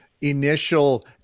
initial